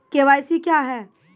KYC क्या हैं?